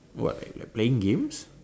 what like like playing games